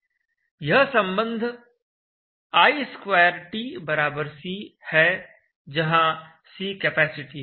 यह संबंध i square t बराबर C है जहां C कैपेसिटी है